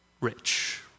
rich